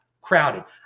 crowded